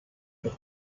her